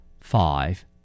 Five